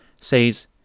says